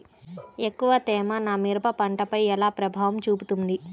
ఎక్కువ తేమ నా మిరప పంటపై ఎలా ప్రభావం చూపుతుంది?